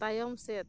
ᱛᱟᱭᱚᱢ ᱥᱮᱫ